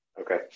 okay